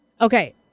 Okay